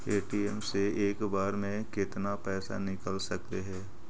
ATM से एक बार मे केतना पैसा निकल सकले हे?